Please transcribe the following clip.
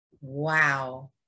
Wow